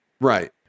Right